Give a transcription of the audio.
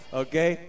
okay